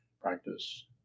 practice